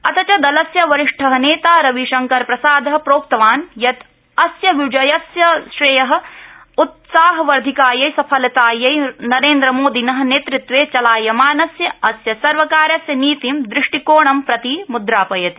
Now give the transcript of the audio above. अथ च दलस्य वरिष्ठनेता रविशंकरप्रसाद प्रोक्तवान् यत् अस्य विजयस्य श्रेय उत्साह वर्धिकाये सफलताये रेन्द्रमोदिन नेतृत्वे चलायमानस्य अस्य सर्वकारस्य नीतिं ृष्टिकोणं प्रति मुद्रापयति